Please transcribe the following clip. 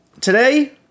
Today